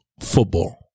football